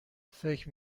فکر